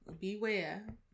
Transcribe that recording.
beware